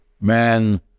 man